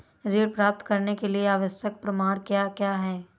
ऋण प्राप्त करने के लिए आवश्यक प्रमाण क्या क्या हैं?